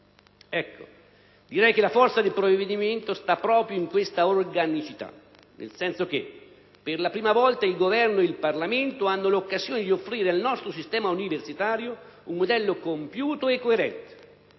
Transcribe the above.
Ecco, direi che la forza del provvedimento sta proprio in questa organicità; nel senso che per la prima volta il Governo e il Parlamento hanno l'occasione di offrire al nostro sistema universitario un modello compiuto e coerente,